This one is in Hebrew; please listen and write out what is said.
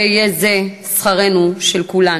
הרי יהיה זה שכרנו כולנו.